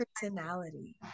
personality